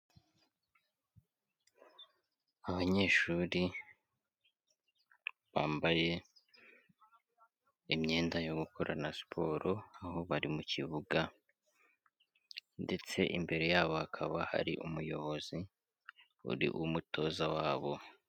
Abanyeshuri bambaye imyenda yo gukorana siporo, aho bari mu kibuga ndetse imbere yabo hakaba hari umuyobozi, uri umutoza wabo.